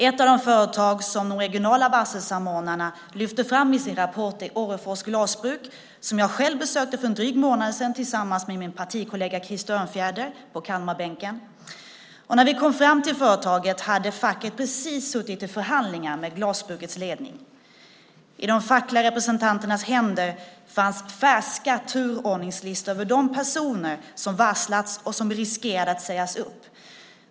Ett av de företag som de regionala varselsamordnarna lyfter fram i sin rapport är Orrefors Glasbruk, som jag själv besökte för en dryg månad sedan tillsammans med min partikollega Krister Örnfjäder på Kalmarbänken. När vi kom fram till företaget hade facket precis suttit i förhandlingar med glasbrukets ledning. I de fackliga representanternas händer fanns färska turordningslistor över de personer som varslats och som riskerade att sägas upp.